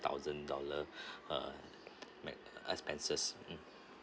thousand dollar uh med~ expenses mm